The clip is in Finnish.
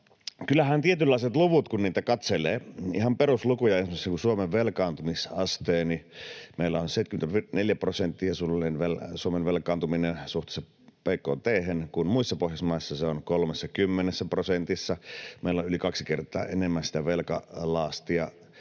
kyllähän, kun tietynlaisia lukuja katselee — ihan peruslukuja, esimerkiksi Suomen velkaantumisastetta — meillä on suunnilleen 74 prosenttia Suomen velkaantuminen suhteessa bkt:hen, kun muissa Pohjoismaissa se on 30 prosentissa. Meillä on yli kaksi kertaa enemmän sitä velkalastia